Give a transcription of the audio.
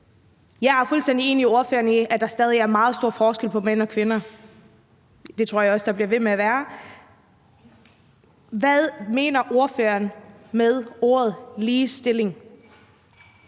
Jeg er fuldstændig enig med ordføreren i, at der stadig er meget stor forskel på mænd og kvinder, og det tror jeg også der bliver ved med at være. Hvad mener ordføreren med ordet ligestilling?